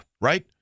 Right